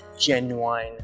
genuine